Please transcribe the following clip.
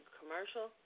commercial